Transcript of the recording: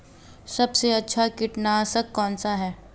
सबसे अच्छा कीटनाशक कौनसा है?